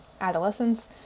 adolescents